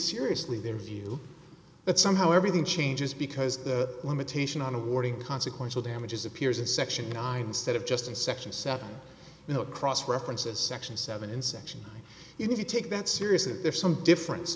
seriously their view that somehow everything changes because the limitation on awarding consequential damages appears in section nine stead of just in section seven you know across references section seven in section if you take that seriously there's some difference